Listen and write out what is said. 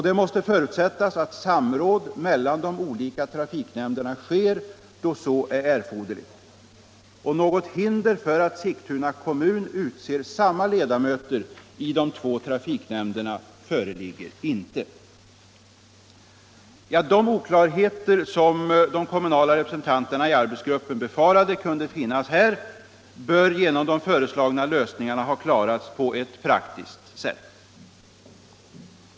Det måste förutsättas att samråd mellan de olika trafiknämnderna sker då så är erforderligt. Något hinder för att Sigtuna kommun utser samma ledamöter i de två trafiknämnderna föreligger inte.” De oklarheter som de kommunala representanterna i arbetsgruppen befarade kunde finnas här bör genom de föreslagna lösningarna ha klarats på ett praktiskt sätt.